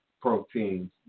proteins